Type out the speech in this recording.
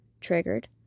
triggered